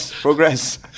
progress